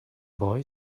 boy